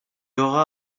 aura